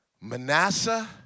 Manasseh